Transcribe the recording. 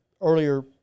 earlier